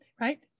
Right